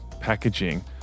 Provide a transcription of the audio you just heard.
packaging